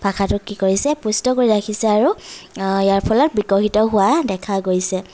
ভাষাটোক কি কৰিছে পুষ্ট কৰি ৰাখিছে আৰু ইয়াৰ ফলত বিকশিত হোৱা দেখা গৈছে